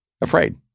afraid